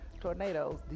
tornadoes